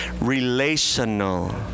relational